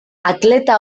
atleta